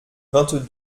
vingt